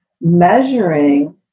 measuring